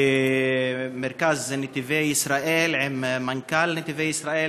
במרכז "נתיבי ישראל" עם מנכ"ל "נתיבי ישראל",